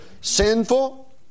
sinful